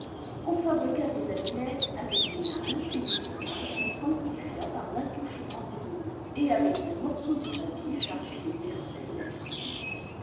on fabriqua des amulettes avec des linges et des images qu'on sanctifia par l'attouchement des reli ques et avec des morceaux de papiers chargés de versets de la bible